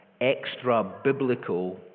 extra-biblical